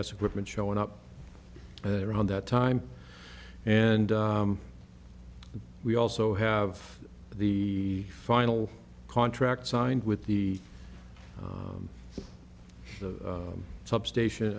s equipment showing up around that time and we also have the final contract signed with the substation